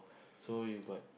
so you got